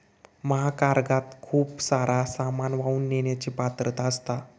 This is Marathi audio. महाकार्गोत खूप सारा सामान वाहून नेण्याची पात्रता असता